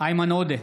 איימן עודה,